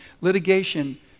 litigation